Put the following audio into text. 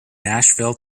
nashville